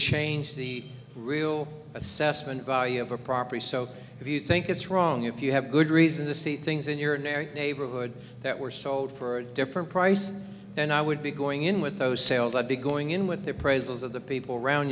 change the real assessment value of a property so if you think it's wrong if you have good reason to see things in your narry neighborhood that were sold for a different price then i would be going in with those sales i'd be going in with their praises of the people around